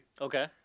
Okay